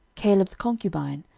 caleb's concubine,